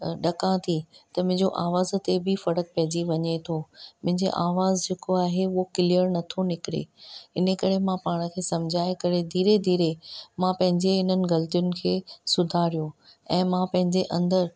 ॾका थी त मुंहिंजो आवाज़ु ते बि फर्क़ु पइजी वञे थो मुंहिंजो आवाज़ु जेको आहे उहो किलियर नथो निकिरे हिन करे मां पाण खे समझाए करे धीरे धीरे मां पंहिंजे इन्हनि गलतियुनि खे सुधारियो ऐं मां पंहिंजे अंदरि